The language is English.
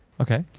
okay.